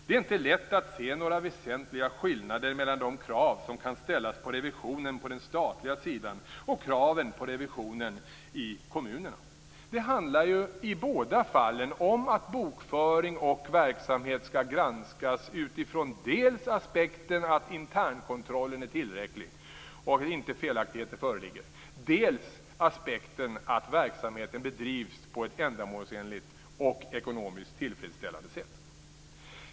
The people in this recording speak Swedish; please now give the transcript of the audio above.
Det är inte lätt att se några väsentliga skillnader mellan de krav som kan ställas på revisionen på den statliga sidan och kraven på revisionen i kommunerna. Det handlar ju i båda fallen om att bokföring och verksamhet skall granskas utifrån dels aspekten att internkontrollen är tillräcklig och att inte felaktigheter föreligger, dels aspekten att verksamheten bedrivs på ett ändamålsenligt och ekonomiskt tillfredsställande sätt.